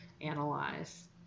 analyze